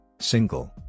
single